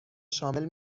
شامل